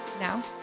Now